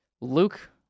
Luke